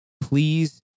please